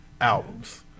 albums